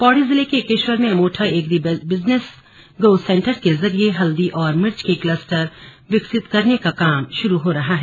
पौड़ी जिले के एकेश्वर में Amotha agri business growth centre के जरिए हल्दी और मिर्च के कलस्टर विकसित करने काम शुरू हो रहा है